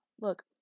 Look